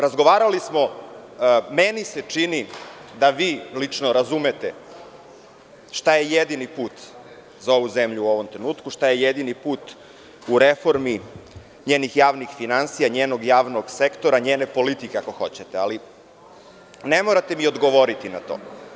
Razgovarali smo i meni se čini da vi, lično, razumete šta je jedini put za ovu zemlju u ovom trenutku, šta je jedini put u reformi njenih javnih finansija, njenog javnog sektora, njene politike, ako hoćete, ali ne morate mi odgovoriti na to.